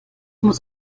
muss